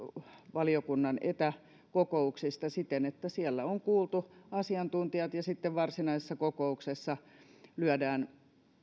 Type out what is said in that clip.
valiokunnan etäkokouksista siten että siellä on kuultu asiantuntijat ja sitten varsinaisessa kokouksessa